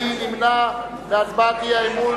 מי נמנע בהצעת האי-אמון?